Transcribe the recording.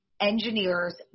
engineers